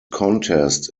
contest